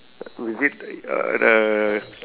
visit uh the